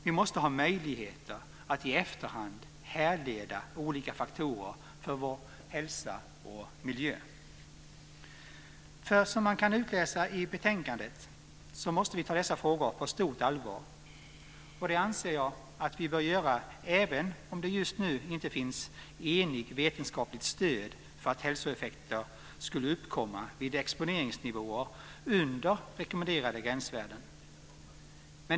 Vi måste ha möjligheter att i efterhand härleda olika faktorer för vår hälsa och vår miljö. Som man kan utläsa ur betänkandet måste vi ta dessa frågor på stort allvar. Det anser jag att vi bör göra även om det just nu inte finns enigt vetenskapligt stöd för att hälsoeffekter skulle uppkomma vid exponeringsnivåer under rekommenderade gränsvärden.